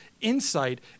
insight